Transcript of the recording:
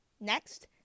Next